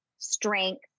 Strength